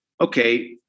okay